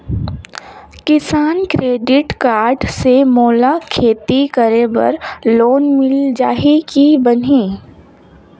किसान credit card से मोला खेती करे बर लोन मिल जाहि की बनही??